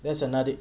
there's another